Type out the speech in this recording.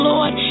Lord